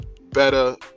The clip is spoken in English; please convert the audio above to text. better